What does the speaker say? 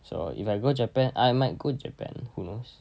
so if I go japan I might go japan who knows